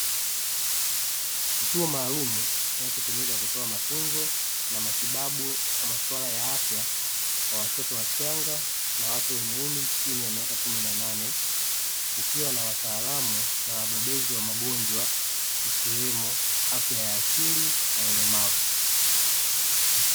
Kituo maalumu, kinachotumika kutoa matunzo, matibabu na masuala ya afya kwa watoto wachanga na watu wenye umri chini ya miaka kumi na nane, kukiwa na wataalamu na wabobezi wa magonjwa, ikiwemo vya afya ya akili na ulemavu.